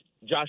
Josh